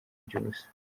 iby’ubusa